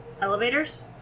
elevators